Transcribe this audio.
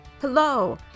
Hello